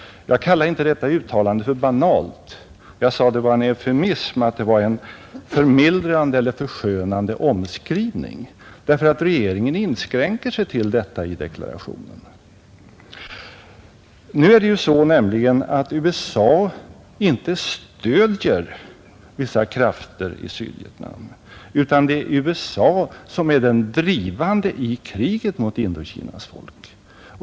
Jag kallade inte detta uttalande för banalt. Jag sade att det var en eufemism, en förmildrande och förskönande omskrivning, därför att regeringen inskränker sig till detta i deklarationen. Nu är det nämligen så att USA inte endast stöder vissa krafter i Sydvietnam, utan det är USA som är den drivande i kriget mot Indokinas folk.